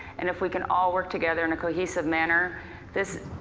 and if we can all work together in a cohesive manner this,